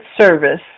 service